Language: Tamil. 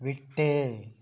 விட்டு